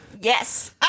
Yes